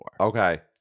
Okay